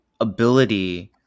ability –